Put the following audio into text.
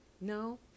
No